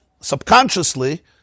Subconsciously